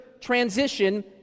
transition